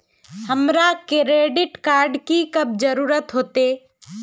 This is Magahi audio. हमरा क्रेडिट कार्ड की कब जरूरत होते?